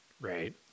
Right